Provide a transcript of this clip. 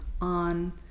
on